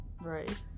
Right